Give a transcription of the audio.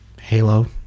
Halo